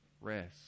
rest